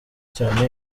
cyane